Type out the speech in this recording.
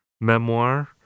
memoir